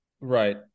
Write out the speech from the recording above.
Right